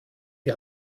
die